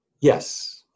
Yes